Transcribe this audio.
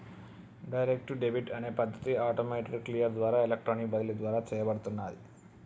direct debit అనే పద్ధతి automated clear ద్వారా ఎలక్ట్రానిక్ బదిలీ ద్వారా చేయబడుతున్నాది